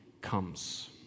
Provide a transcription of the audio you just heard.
comes